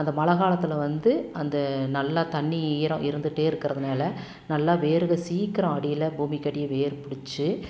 அந்த மழை காலத்தில் வந்து அந்த நல்லா தண்ணி ஈரம் இருந்துகிட்டே இருக்கிறதுனால நல்லா வேர்கள் சீக்கிரம் அடியில் பூமிக்கு அடியில் வேர் பிடிச்சி